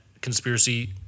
conspiracy